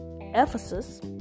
Ephesus